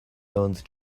owned